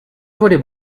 volley